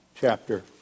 chapter